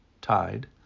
tied